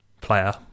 Player